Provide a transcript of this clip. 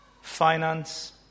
Finance